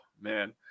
man